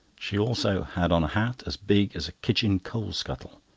she also had on a hat as big as a kitchen coal-scuttle,